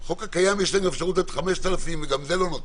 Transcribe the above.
בחוק הקיים יש אפשרות לתת גם 5,000 וגם זה לא נותנים.